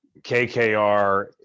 KKR